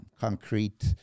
concrete